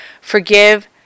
Forgive